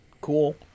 cool